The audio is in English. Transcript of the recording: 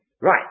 Right